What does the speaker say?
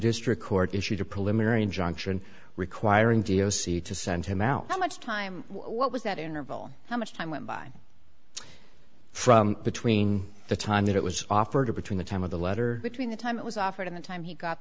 district court issued a preliminary injunction requiring g o c to send him out how much time what was that interval how much time went by from between the time that it was offered to between the time of the letter between the time it was offered in the time he got